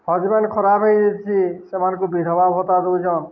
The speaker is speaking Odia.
ହଜବେେଣ୍ଡ ଖରାପ ହେଇଯାଇଚି ସେମାନଙ୍କୁ ବିଧବା ଭତ୍ତା ଦଉଚନ୍